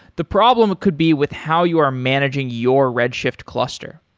the problem could be with how you are managing your redshift cluster.